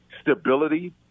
stability